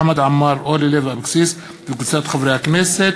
חמד עמאר ואורלי לוי אבקסיס וקבוצת חברי הכנסת.